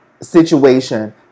situation